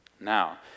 Now